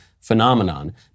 phenomenon